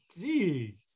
Jeez